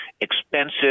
expensive